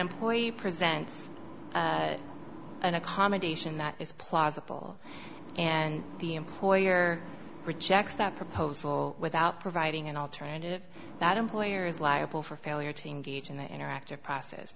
employee presents an accommodation that is plausible and the employer rejects that proposal without providing an alternative that employer is liable for failure to engage in the interactive process